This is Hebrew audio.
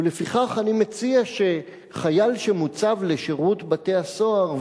ולפיכך אני מציע שחייל שמוצב לשירות בתי-הסוהר,